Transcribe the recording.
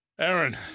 Aaron